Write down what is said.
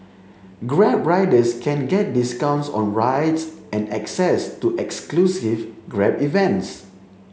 grab riders can get discounts on rides and access to exclusive Grab events